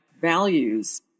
values